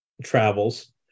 Travels